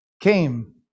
came